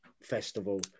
festival